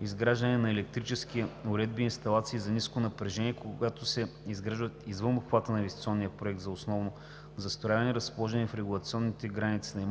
изграждане на електрически уредби и инсталации за ниско напрежение, когато се изграждат извън обхвата на инвестиционния проект за основното застрояване, разположени в регулационните граници на